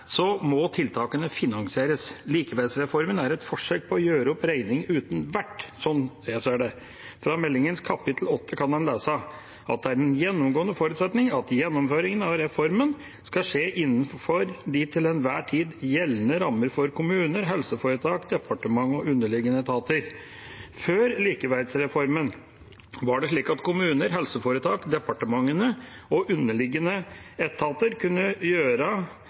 må tiltakene finansieres. Likeverdsreformen er et forsøk på å gjøre opp regning uten vert, sånn jeg ser det. Fra meldingas kapittel 8 kan man lese: «Det er en gjennomgående forutsetning at gjennomføringen av reformen skal skje innenfor de til enhver tid gjeldende rammer for kommuner, helseforetak, departementene og departementenes underliggende etater.» Før likeverdsreformen var det slik at kommuner, helseforetak, departementene og underliggende etater kunne gjøre